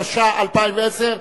התשע"א 2010,